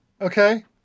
Okay